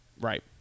right